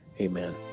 amen